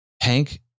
Hank